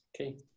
okay